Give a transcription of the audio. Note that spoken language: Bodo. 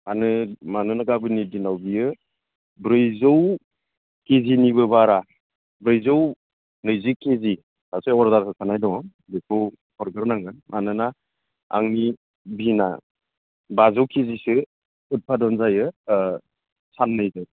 मानोना गाबोननि दिनाव बियो ब्रैजौ केजिनिबो बारा ब्रैजौ नैजि केजि सासे अर्डार होखानाय दङ बेखौ हरग्रोनांगोन मानोना आंनि बिनआ बाजौ केजिसो उदपादन जायो साननैजों